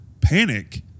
panic